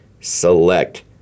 select